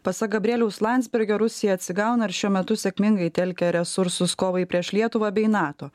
pasak gabrieliaus landsbergio rusija atsigauna ir šiuo metu sėkmingai telkia resursus kovai prieš lietuvą bei nato